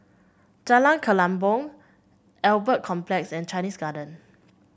Jalan Kelempong Albert Complex and Chinese Garden